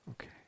Okay